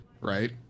Right